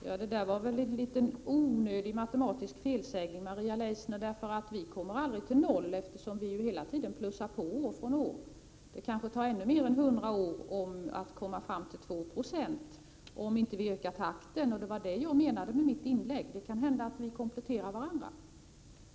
Herr talman! Detta var väl en litet onödig matematisk felsägning, Maria Leissner. Vi kommer aldrig till noll, eftersom vi hela tiden plussar på från år till år. Det kanske tar ännu mer än hundra år att komma fram till 2 20, om vi inte ökar takten. Det var det jag avsåg med mitt inlägg. Det kan hända att vi kan komplettera varandra.